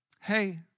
hey